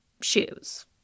shoes